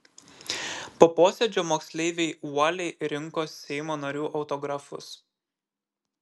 po posėdžio moksleiviai uoliai rinko seimo narių autografus